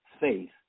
faith